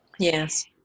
Yes